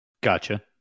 Gotcha